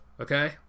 okay